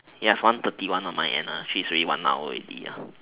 ya one thirty one of my end ah shifts one hours already